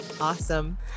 Awesome